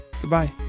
goodbye